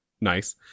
nice